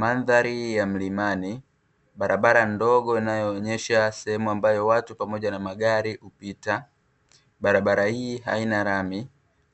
Mandhari ya mlimani barabara ndogo inayoonyesha sehemu ambayo watu pamoja na magari hupita, barabara hii haina lami